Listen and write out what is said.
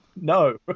No